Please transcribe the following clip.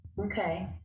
Okay